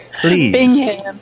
Please